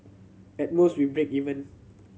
at most we break even